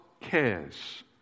cares